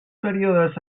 períodes